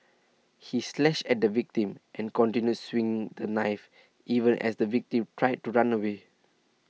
he slashed at the victim and continued swinging the knife even as the victim tried to run away